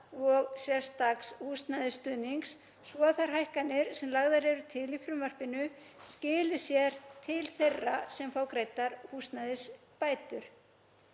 og sérstaks húsnæðisstuðning svo að þær hækkanir sem lagðar eru til í frumvarpinu skili sér til þeirra sem fá greiddar húsnæðisbætur.